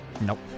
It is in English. Nope